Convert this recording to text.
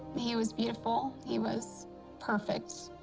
he was beautiful. he was perfect.